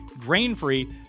grain-free